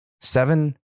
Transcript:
seven